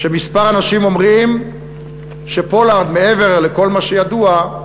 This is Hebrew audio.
שכמה אנשים אומרים שפולארד, מעבר לכל מה שידוע,